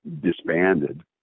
disbanded